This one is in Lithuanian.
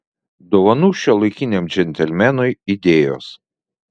dovanų šiuolaikiniam džentelmenui idėjos